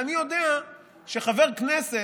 ואני יודע שחבר כנסת,